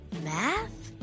math